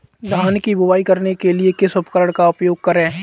धान की बुवाई करने के लिए किस उपकरण का उपयोग करें?